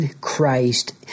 Christ